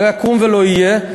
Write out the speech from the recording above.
לא יקום ולא יהיה,